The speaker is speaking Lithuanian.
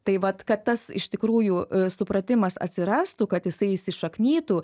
tai vat kad tas iš tikrųjų supratimas atsirastų kad jisai įsišaknytų